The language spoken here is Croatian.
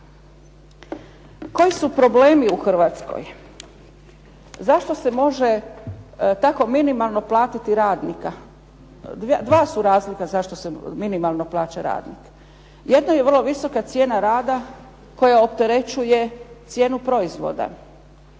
Koji su problemi u Hrvatskoj? Zašto se može tako minimalno platiti radnika? Dva su razloga zašto se minimalno plaća radnik. Jedno je vrlo visoka cijena rada koja opterećuje cijenu proizvoda,